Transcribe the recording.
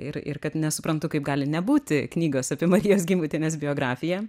ir ir kad nesuprantu kaip gali nebūti knygos apie marijos gimbutienės biografiją